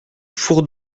four